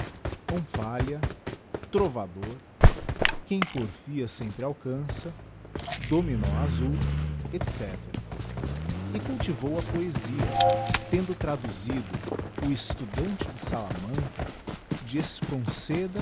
peças omphalia trovador quem porfia sempre alcança dominó aaul etc e cultivou a poesia tendo traduzido o estudante de salamanca de espronceda